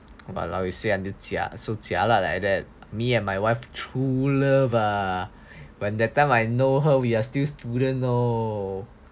but ah you say until like that so jialat like that me and my wife true love ah when that time I know her we are still student know